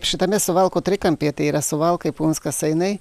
šitame suvalkų trikampyje tai yra suvalkai punskas seinai